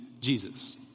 Jesus